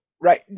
right